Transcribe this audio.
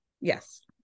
yes